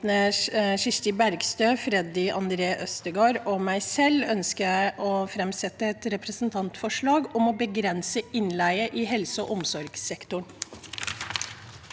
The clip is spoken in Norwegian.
Kirsti Bergstø, Freddy André Øvstegård og meg selv ønsker jeg å framsette et representantforslag om å begrense innleie i helse- og omsorgssektoren.